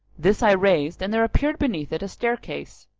this i raised and there appeared beneath it a staircase.